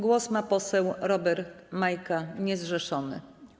Głos ma poseł Robert Majka, niezrzeszony.